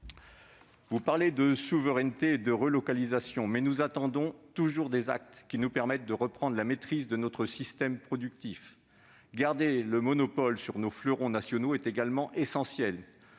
Vous parlez de souveraineté et de relocalisation, mais nous attendons toujours les actes nous assurant de reprendre la maîtrise de notre système productif. Garder le monopole sur nos fleurons nationaux est également essentiel